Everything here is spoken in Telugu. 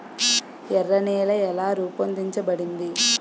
ఎర్ర నేల ఎలా రూపొందించబడింది?